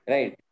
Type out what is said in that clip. Right